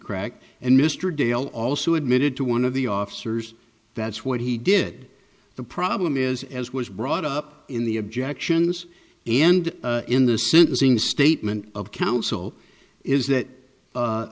crack and mr dale also admitted to one of the officers that's what he did the problem is as was brought up in the objections and in the sentencing statement of counsel is that